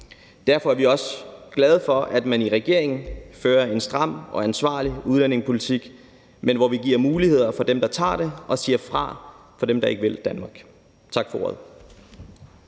Derfor er vi også glade for, at man i regeringen fører en stram og ansvarlig udlændingepolitik, men hvor vi giver muligheder til dem, der tager dem, og siger fra over for dem, der ikke vil Danmark. Tak for ordet.